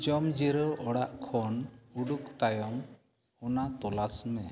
ᱡᱚᱢ ᱡᱤᱨᱟᱹᱣ ᱚᱲᱟᱜ ᱠᱷᱚᱱ ᱩᱰᱩᱠ ᱛᱟᱭᱚᱢ ᱚᱱᱟ ᱛᱚᱞᱟᱥᱢᱮ